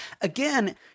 Again